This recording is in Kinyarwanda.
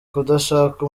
kudashaka